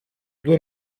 due